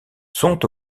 sont